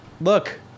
Look